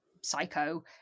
psycho